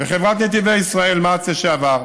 וחברת נתיבי ישראל, מע"צ לשעבר,